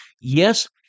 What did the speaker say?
Yes